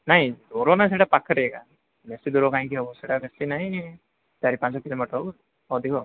ନାହିଁ ସେଇଟା ପାଖରେ ଏକା ବେଶୀ ଦୂର କାହିଁକି ହେବ ସେଇଟା ବେଶୀ ନାହିଁ ଚାରି ପାଞ୍ଚ କିଲୋମିଟର ଅଧିକ ହେବ